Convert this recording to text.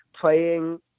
playing